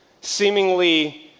seemingly